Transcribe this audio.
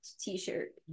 t-shirt